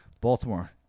Baltimore